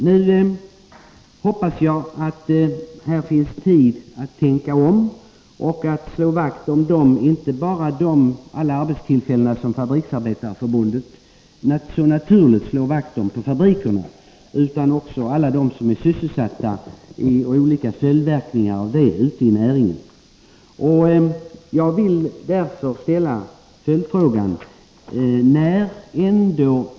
Jag hoppas att det finns tid att tänka om, annars hotas inte bara alla de arbetstillfällen på fabrikerna som Fabriksarbetareförbundet helt naturligt slår vakt om utan också sysselsättningen för alla övriga inom näringen. Jag vill därför ställa en följdfråga.